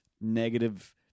negative